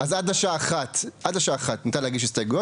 אז עד השעה 13:00 ניתן להגיש הסתייגויות.